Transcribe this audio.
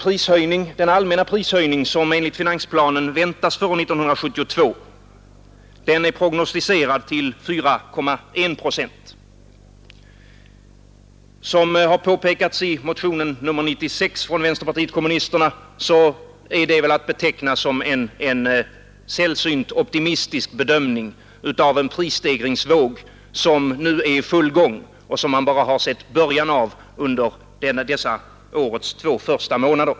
Den allmänna höjning som enligt finansplanen väntas för 1972 är prognostiserad till 4,1 procent. Som påpekats i motionen 96 från vänsterpartiet kommunisterna är detta att beteckna som en sällsynt optimistisk bedömning av en prisstegringsvåg som nu är i full gång och som man bara har sett början av under detta års två första månader.